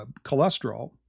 cholesterol